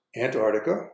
Antarctica